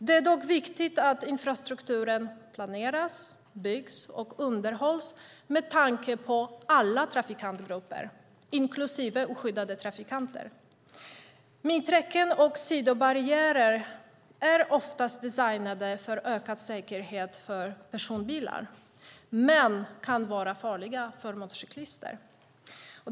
Det är dock viktigt att infrastrukturen planeras, byggs och underhålls med tanke på alla trafikantgrupper, inklusive oskyddade trafikanter. Mitträcken och sidobarriärer är oftast designade för ökad säkerhet för personbilar men kan vara farliga för motorcyklister.